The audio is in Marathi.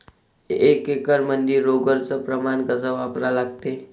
एक एकरमंदी रोगर च प्रमान कस वापरा लागते?